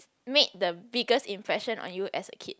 made the biggest impression on you as a kid